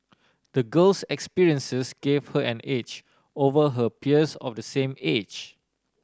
the girl's experiences gave her an edge over her peers of the same age